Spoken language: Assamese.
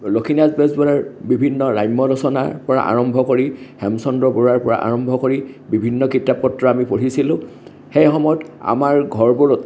লক্ষ্মীনাথ বেজবৰুৱাৰ বিভিন্ন ৰাম্য ৰচনাৰ পৰা আৰম্ভ কৰি হেমচন্দ্ৰ বৰুৱাৰ পৰা আৰম্ভ কৰি বিভিন্ন কিতাপ পত্ৰ আমি পঢ়িছিলোঁ সেইসময়ত আমাৰ ঘৰবোৰত